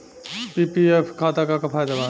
PPF खाता के का फायदा बा?